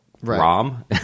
rom